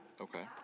okay